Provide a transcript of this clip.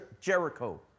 Jericho